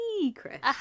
secret